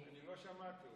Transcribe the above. לא שמעתי אותו.